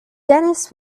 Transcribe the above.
dennis